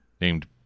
named